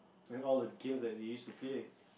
and all the games that we used to play